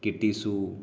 کیٹیسو